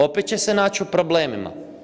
Opet će se naći u problemima.